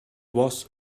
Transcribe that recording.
was